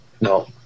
No